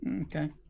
Okay